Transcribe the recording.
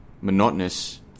monotonous